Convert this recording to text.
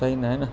सही न आहे न